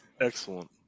Excellent